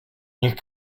niech